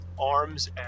arms